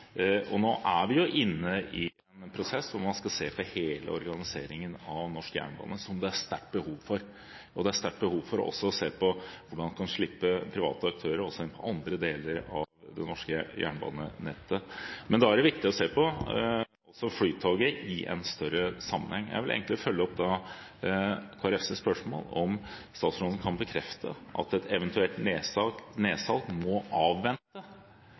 det er sterkt behov for. Det er også sterkt behov for å se på hvordan en kan slippe private aktører til også på andre deler av det norske jernbanenettet. Men da er det viktig å se på Flytoget i en større sammenheng. Jeg vil da følge opp Kristelig Folkepartis spørsmål – om statsråden kan bekrefte at et eventuelt nedsalg må avvente